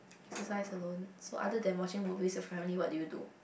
exercise alone so other than watching movies your family what do you do